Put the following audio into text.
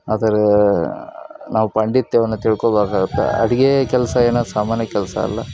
ಅದರ ನಾವು ಪಾಂಡಿತ್ಯವನ್ನು ತಿಳ್ಕೊಳ್ವಾಗ ಅಡುಗೆ ಕೆಲಸ ಏನು ಸಾಮಾನ್ಯ ಕೆಲಸ ಅಲ್ಲ